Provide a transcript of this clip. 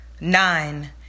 nine